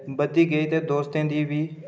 बधदी गेई ते दोस्तें दी बी